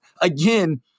again